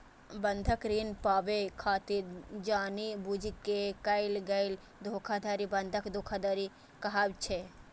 बंधक ऋण पाबै खातिर जानि बूझि कें कैल गेल धोखाधड़ी बंधक धोखाधड़ी कहाबै छै